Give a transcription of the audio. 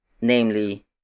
namely